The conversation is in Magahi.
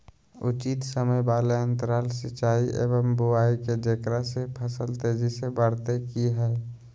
उचित समय वाले अंतराल सिंचाई एवं बुआई के जेकरा से फसल तेजी से बढ़तै कि हेय?